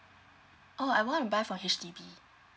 oh I wanna buy from H_D_B